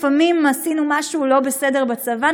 לפעמים עשינו משהו לא בסדר בצבא,